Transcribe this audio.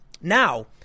Now